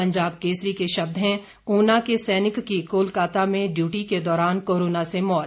पंजाब केसरी के शब्द हैं ऊना के सैनिक की कोलकाता में ड्यूटी के दौरान कोरोना से मौत